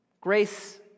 Grace